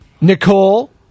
Nicole